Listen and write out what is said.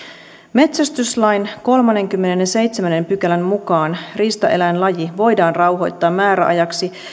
metsästyslain kolmannenkymmenennenseitsemännen pykälän mukaan riistaeläinlaji voidaan rauhoittaa määräajaksi